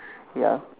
ya